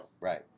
right